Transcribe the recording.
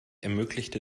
ermöglichte